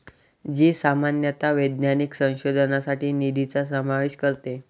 जी सामान्यतः वैज्ञानिक संशोधनासाठी निधीचा समावेश करते